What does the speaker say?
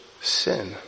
sin